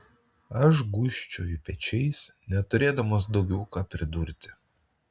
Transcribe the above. aš gūžčioju pečiais neturėdamas daugiau ką pridurti